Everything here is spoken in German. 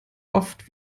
oft